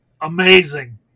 amazing